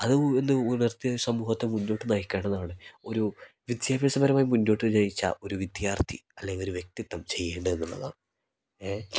അത് എന്ന് ഉണർത്തിയ സമൂഹത്തെ മുന്നോട്ട് നയിക്കേണ്ടതാണ് ഒരു വിദ്യാഭ്യാസപരമായി മുന്നോട്ട് ജയിച്ച ഒരു വിദ്യാർത്ഥി അല്ലെങ്കിൽ ഒരു വ്യക്തിത്വം ചെയ്യേണ്ടത് എന്നുള്ളതാണ് ഏ